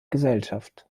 gesellschaft